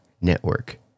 network